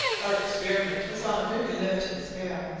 our experiment was on a very limited scale,